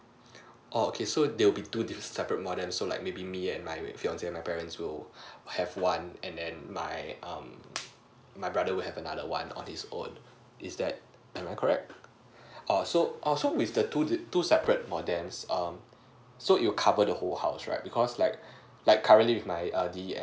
oo okay so there would be two diff~ separate modems so like maybe me and my fiance and my parents also have one and then my um my brother would have another one on his own is that am I correct oh so oh so with the two two separate modems um so it'll cover the whole house right because like like currently with my err D_E_F